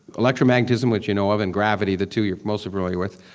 electromagnetism, which you know of, and gravity, the two you're mostly familiar with.